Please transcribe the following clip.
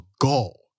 goal